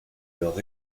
leur